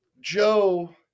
joe